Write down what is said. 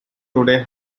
today